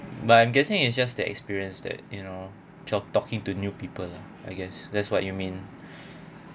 but I'm guessing it's just that experience that you know talk talking to new people lah I guess that's what you mean